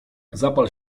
zapal